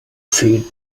feed